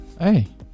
Hey